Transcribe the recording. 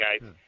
guys